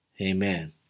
amen